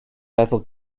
meddwl